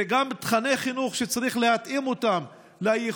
זה גם תוכני חינוך שצריך להתאים לייחוד